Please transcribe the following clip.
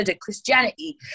Christianity